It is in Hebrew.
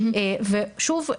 ושוב,